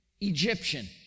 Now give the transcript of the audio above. Egyptian